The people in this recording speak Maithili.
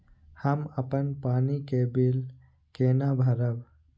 हम अपन पानी के बिल केना भरब?